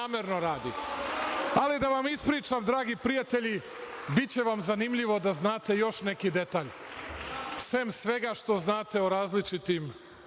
radi. Da vam ispričam dragi prijatelji, biće vam zanimljivo da znate i još neki detalj, sem svega što znate o različitim